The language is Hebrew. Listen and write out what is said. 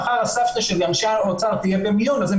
מחר הסבתא של אנשי האוצר תהיה במיון אז הם